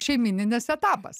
šeimyninis etapas